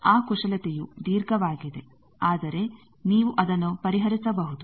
ಆ ಕುಶಲತೆಯು ದೀರ್ಘವಾಗಿದೆ ಆದರೆ ನೀವು ಅದನ್ನು ಪರಿಹರಿಸಬಹುದು